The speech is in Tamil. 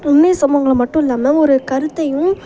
உண்மை சம்பவங்களை மட்டும் இல்லாமல் ஒரு கருத்தையும்